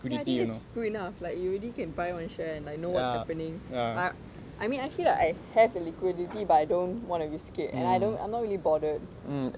ya I think that is good enough like you already can buy one share and like know what's happening I I mean I feel like I have the liquidity but I don't wanna risk it and I don't I'm not really bothered